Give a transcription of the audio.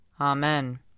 Amen